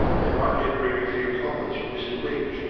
they might yet bring a few coppers from mr weech,